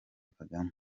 kagame